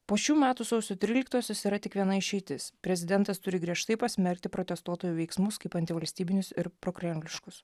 po šių metų sausio tryliktosios yra tik viena išeitis prezidentas turi griežtai pasmerkti protestuotojų veiksmus kaip antivalstybinius ir prokremliškus